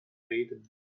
reden